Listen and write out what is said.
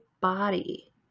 body